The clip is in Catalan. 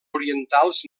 orientals